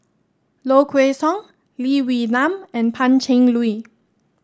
Low Kway Song Lee Wee Nam and Pan Cheng Lui